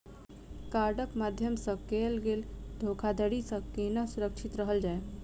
कार्डक माध्यम सँ कैल गेल धोखाधड़ी सँ केना सुरक्षित रहल जाए?